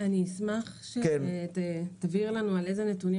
אני אשמח שתבהיר לינו על אי זה נתונים